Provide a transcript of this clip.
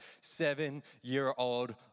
seven-year-old